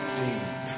deep